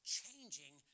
changing